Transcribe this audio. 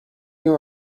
new